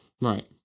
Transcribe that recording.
Right